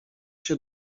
się